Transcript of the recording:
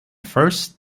first